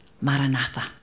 Maranatha